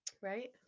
Right